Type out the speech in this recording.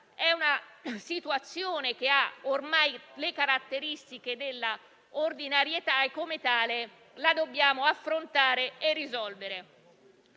È una situazione che ha ormai le caratteristiche della ordinarietà e come tale dobbiamo affrontarla e risolverla.